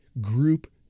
group